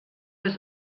was